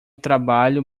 trabalho